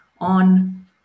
on